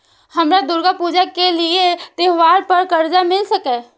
हमरा दुर्गा पूजा के लिए त्योहार पर कर्जा मिल सकय?